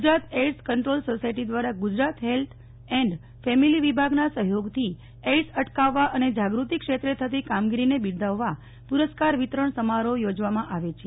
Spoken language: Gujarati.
ગુજરાત એઈડસ કંટ્રોલ સોસાયટી દ્વારા ગુજરાત હેલ્થ એન્ડ ફેમિલી વિભાગના સહયોગથી એઈડસ અટકાવવા અને જાગૃતિ ક્ષેત્રે થતી કામગીરીને બીરદાવવા પુરસ્કાર વિતરણ સમારોહ યોજાવામાં આવે છે